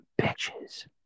bitches